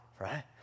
right